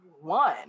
one